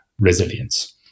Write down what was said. resilience